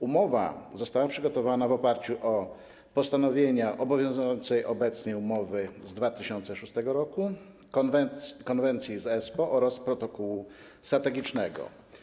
Umowa została przygotowana w oparciu o postanowienia obowiązującej obecnie umowy z 2006 r., konwencji z Espoo oraz protokołu strategicznego.